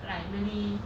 like really